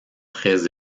très